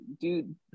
dude